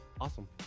Awesome